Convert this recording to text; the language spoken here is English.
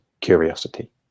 curiosity